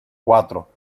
cuatro